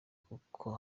kuko